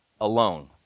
alone